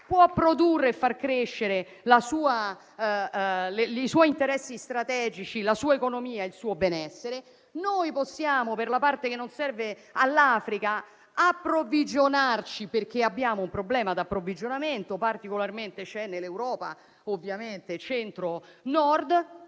può far crescere i suoi interessi strategici, la sua economia e il suo benessere. Noi possiamo, per la parte che non serve all'Africa, approvvigionarci, perché abbiamo un problema di approvvigionamento, che in particolare c'è nel Centro-Nord